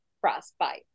frostbite